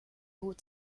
hut